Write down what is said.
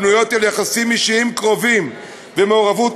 הבנויות על יחסים אישיים קרובים ומעורבות